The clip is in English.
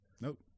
Nope